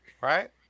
right